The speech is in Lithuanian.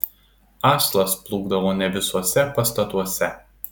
aslas plūkdavo ne visuose pastatuose